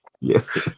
Yes